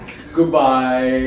Goodbye